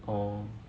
oh